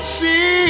see